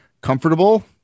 comfortable